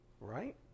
right